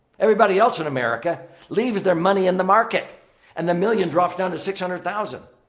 everybody else in america leaves their money in the market and the million drops down to six hundred thousand.